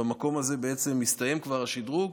במקום הזה בעצם הסתיים כבר השדרוג.